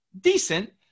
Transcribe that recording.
decent